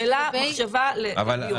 שאלה/מחשבה לדיון.